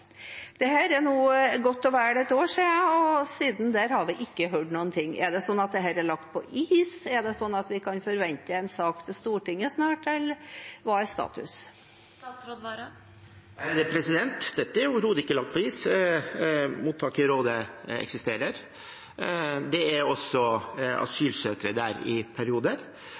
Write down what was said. er godt og vel ett år siden, og siden da har vi ikke hørt noen ting. Er dette blitt lagt på is? Kan vi forvente en sak til Stortinget snart? Hva er statusen? Dette er overhodet ikke lagt på is. Mottaket i Råde eksisterer. Det er også asylsøkere der i perioder.